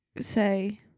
say